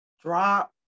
Drop